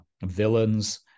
villains